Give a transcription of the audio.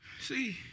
see